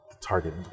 Target